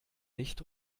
nicht